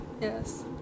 Yes